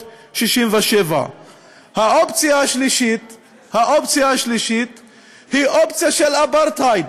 67'. האופציה השלישית היא אופציה של אפרטהייד,